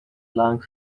long